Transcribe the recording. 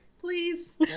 please